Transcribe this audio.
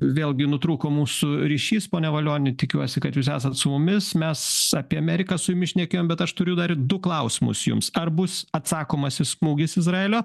vėlgi nutrūko mūsų ryšys pone valioni tikiuosi kad jūs esat su mumis mes apie ameriką su jumis šnekėjom bet aš turiu dar du klausimus jums ar bus atsakomasis smūgis izraelio